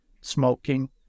Smoking